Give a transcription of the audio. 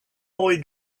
boy